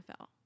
NFL